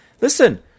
listen